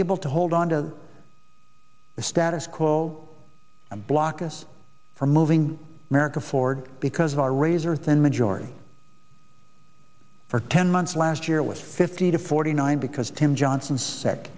able to hold on to the status quo and block us from moving america forward because of our razor thin majority for ten months last year was fifty to forty nine because tim johnson s